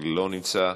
לא נמצא,